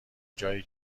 جایی